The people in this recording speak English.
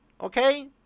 Okay